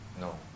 no